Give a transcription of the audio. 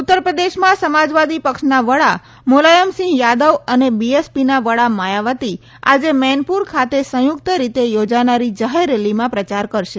ઉત્તર પ્રદેશમાં સમાજવાદી પક્ષના વડા મુલાયમસિંહ યાદવ અને બીએસપીના વડા માયાવતી આજે મૈનપુર ખાતે સંયુક્ત રીતે યોજાનારી જાહેર રેલીમાં પ્રચાર કરશે